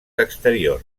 exterior